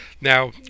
Now